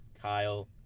kyle